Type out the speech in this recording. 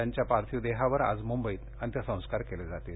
त्यांच्या पार्थिव देहावर आज मुंबईत अंत्यसंस्कार केले जातील